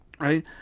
right